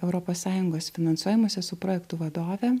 europos sąjungos finansuojamus esu projektų vadovė